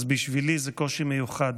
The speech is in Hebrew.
אז בשבילי זה קושי מיוחד.